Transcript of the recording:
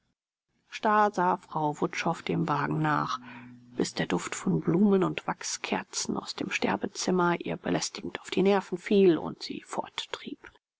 sah frau wutschow dem wagen nach bis der duft von blumen und wachskerzen aus dem sterbezimmer ihr belästigend auf die nerven fiel und sie